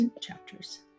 chapters